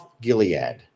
Gilead